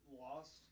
lost